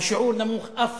השיעור נמוך אף